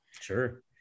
Sure